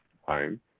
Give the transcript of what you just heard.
home